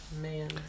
Man